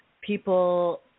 people